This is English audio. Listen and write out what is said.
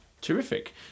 Terrific